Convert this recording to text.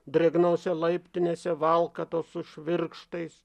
drėgnose laiptinėse valkatos su švirkštais